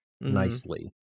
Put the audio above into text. nicely